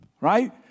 Right